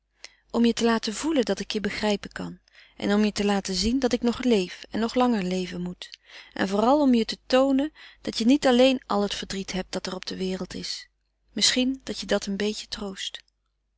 om je te laten voelen dat ik je begrijpen kan en om je te laten zien dat ik nog leef en nog langer leven moet en vooral om je te toonen dat je niet alleen al het verdriet hebt dat er op de wereld is misschien dat je dat een beetje troost